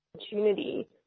opportunity